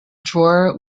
drawer